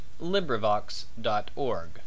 LibriVox.org